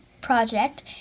project